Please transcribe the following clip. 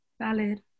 Valid